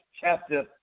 chapter